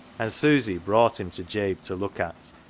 and susy brought him to jabe to look at,